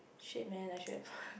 shit man I should have